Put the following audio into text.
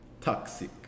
toxic